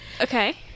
Okay